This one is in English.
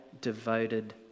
devoted